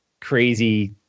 crazy